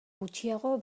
gutxiago